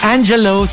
Angelo